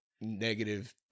negative